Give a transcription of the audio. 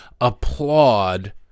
applaud